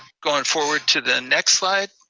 going forward to the next slide.